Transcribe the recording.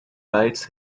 bites